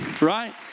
right